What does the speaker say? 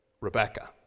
Rebecca